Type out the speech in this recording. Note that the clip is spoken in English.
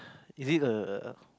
is it a err